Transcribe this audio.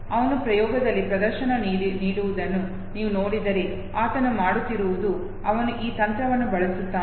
ಅವನು ಪ್ರಯೋಗದಲ್ಲಿ ಪ್ರದರ್ಶನ ನೀಡುವುದನ್ನು ನೀವು ನೋಡಿದರೆ ಆತನು ಮಾಡುತ್ತಿರುವುದು ಅವನು ಈ ತಂತ್ರವನ್ನು ಬಳಸುತ್ತಾನೆ